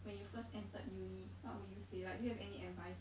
when you first entered uni what would you say like do you have any advice